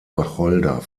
wacholder